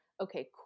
Okay